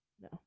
No